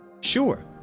Sure